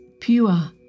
pure